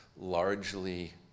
largely